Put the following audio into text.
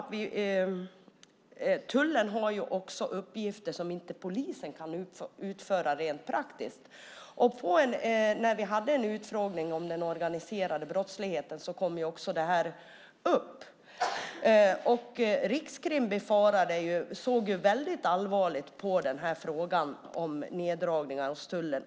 Tullen har ju uppgifter som polisen inte kan utföra rent praktiskt. När vi hade en utfrågning om den organiserade brottsligheten kom också den här frågan upp. Rikskrim såg väldigt allvarligt på frågan om neddragningar inom tullen.